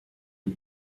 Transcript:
lui